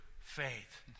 faith